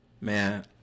Man